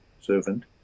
servant